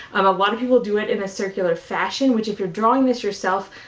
um a lot of people do it in a circular fashion which, if you're drawing this yourself,